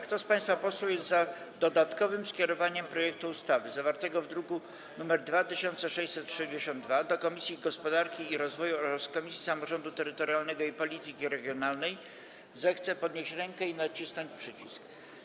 Kto z państwa posłów jest za dodatkowym skierowaniem projektu ustawy zawartego w druku nr 2662 do Komisji Gospodarki i Rozwoju oraz Komisji Samorządu Terytorialnego i Polityki Regionalnej, zechce podnieść rękę i nacisnąć przycisk.